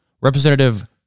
Representative